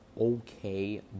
okay